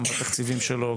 גם בתקציבים שלו,